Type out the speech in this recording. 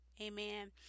amen